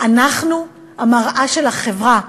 אנחנו המראה של החברה,